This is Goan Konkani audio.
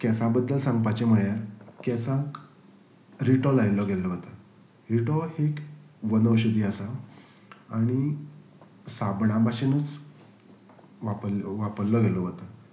केंसां बद्दल सांगपाचें म्हळ्यार केंसांक रिटो लायल्लो गेल्लो वता रिटो ही एक वनऔशदी आसा आनी साबणा भाशेनूच वापर वापरलो गेल्लो वता